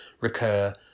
recur